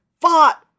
fought